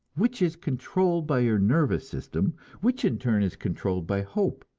which is controlled by your nervous system, which in turn is controlled by hope,